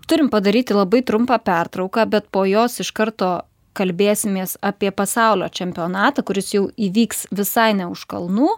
turim padaryti labai trumpą pertrauką bet po jos iš karto kalbėsimės apie pasaulio čempionatą kuris jau įvyks visai ne už kalnų